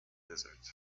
desert